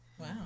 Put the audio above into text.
Wow